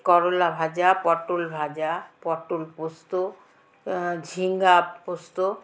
করলা ভাজা পটল ভাজা পটল পোস্ত ঝিঙা পোস্ত